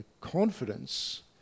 confidence